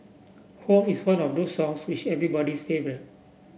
home is one of those songs which is everybody's favourite